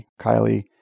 Kylie